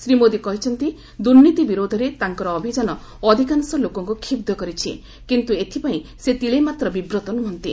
ଶ୍ରୀ ମୋଦି କହିଛନ୍ତି ଦୂର୍ନୀତି ବିରୋଧରେ ତାଙ୍କର ଅଭିଯାନ ଅଧିକାଂଶ ଲୋକଙ୍କୁ କ୍ଷୁହ୍ କରିଛି କିନ୍ତୁ ଏଥିପାଇଁ ସେ ତିଳେମାତ୍ର ବିବ୍ରତ ନୁହନ୍ତି